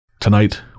Tonight